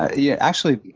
yeah, actually,